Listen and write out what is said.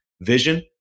Vision